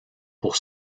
pour